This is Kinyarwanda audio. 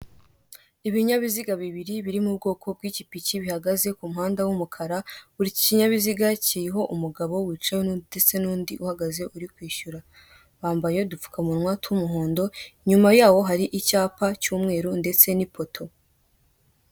Ibinyabiziga bibiri biri mu bwoko bw'ipikipiki, bihagaze ku muhanda w'umukara, buri kinyabiziga kiriho umugabo wicaye ndetse n'undi uhagaze uri kwishyura, bambaye udupfukamunwa tw'umuhondo, inyuma y'abo hari icyapa cy'umweru ndetse n'ipoto.